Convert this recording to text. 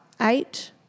eight